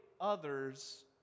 others